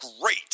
great